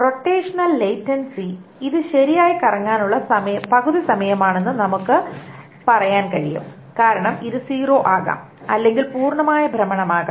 rotational latency ഇത് ശരാശരി കറങ്ങാനുള്ള പകുതി സമയമാണെന്ന് നമുക്ക് പറയാൻ കഴിയും കാരണം ഇത് 0 ആകാം അല്ലെങ്കിൽ പൂർണ്ണമായ ഭ്രമണമാകാം